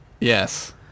Yes